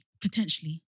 potentially